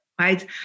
right